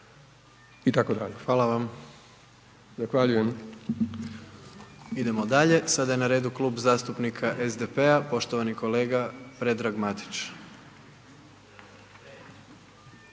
Gordan (HDZ)** Hvala vam. Idemo dalje, sada je na redu Klub zastupnika SDP-a poštovani kolega Predrag Matić.